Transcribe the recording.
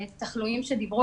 מהתחלואים עליהם דיברו